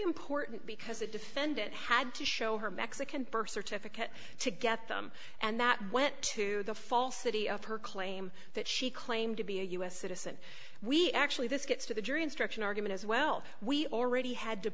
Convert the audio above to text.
important because a defendant had to show her mexican birth certificate to get them and that went to the falsity of her claim that she claimed to be a u s citizen we actually this gets to the jury instruction argument as well we already had to